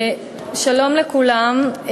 שלום לכולם,